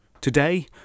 Today